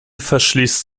verschließt